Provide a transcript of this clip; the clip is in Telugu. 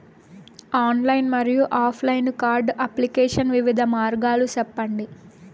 ఆన్లైన్ మరియు ఆఫ్ లైను కార్డు అప్లికేషన్ వివిధ మార్గాలు సెప్పండి?